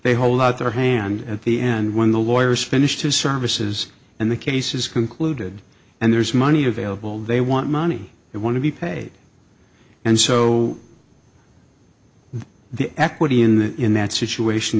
they hold out their hand at the end when the lawyers finish his services and the case is concluded and there's money available they want money it want to be paid and so the equity in the in that situation